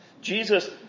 Jesus